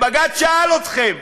בג"ץ שאל אתכם: